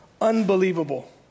Unbelievable